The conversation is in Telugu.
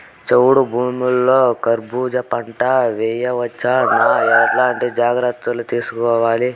చౌడు భూముల్లో కర్బూజ పంట వేయవచ్చు నా? ఎట్లాంటి జాగ్రత్తలు తీసుకోవాలి?